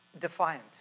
defiant